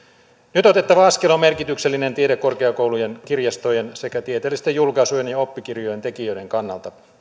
nyt otettava askel on merkityksellinen tiedekorkeakoulujen kirjastojen sekä tieteellisten julkaisujen ja oppikirjojen tekijöiden kannalta